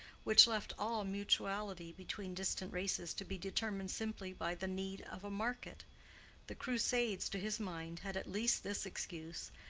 which left all mutuality between distant races to be determined simply by the need of a market the crusades, to his mind, had at least this excuse,